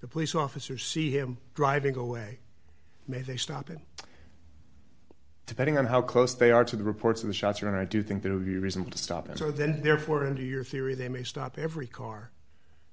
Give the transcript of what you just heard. the police officer see him driving away may they stop him depending on how close they are to the reports of the shots and i do think that would be reason to stop and so then therefore into your theory they may stop every car